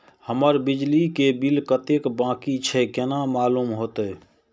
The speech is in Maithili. हमर बिजली के बिल कतेक बाकी छे केना मालूम होते?